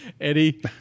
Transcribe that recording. eddie